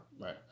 Right